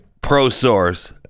ProSource